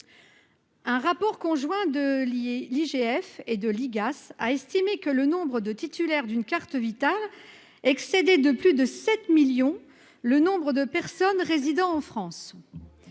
Un rapport conjoint de lier l'IGF et de l'IGAS a estimé que le nombre de titulaires d'une carte vitale excédé de plus de 7 millions le nombre de personnes résidant en France